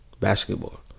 basketball